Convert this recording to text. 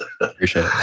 Appreciate